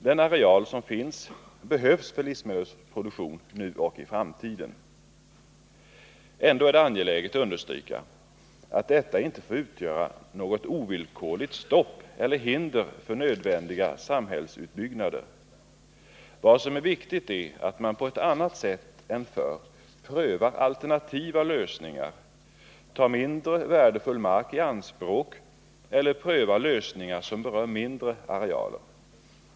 Den areal som finns behövs för livsmedelsproduktion nu och i framtiden. Trots allt är det angeläget att understryka att detta inte får utgöra något ovillkorligt stopp eller hinder för nödvändiga samhällsutbyggnader. Vad som är viktigt är att man på ett annat sätt än förr prövar alternativa lösningar, tar mindre värdefull mark i anspråk eller prövar lösningar som berör mindre arealer.